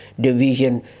division